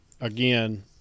Again